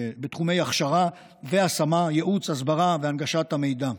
תחומי הכשרה והשמה, ייעוץ, הסברה והנגשת המידע.